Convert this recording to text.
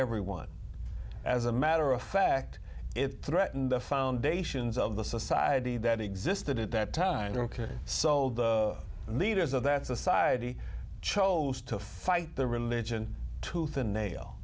everyone as a matter of fact it threatened the foundations of the society that existed at that time sold the leaders of that society chose to fight the religion tooth and nail